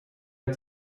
had